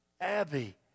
Abby